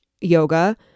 yoga